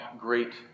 great